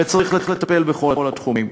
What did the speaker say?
וצריך לטפל בכל התחומים.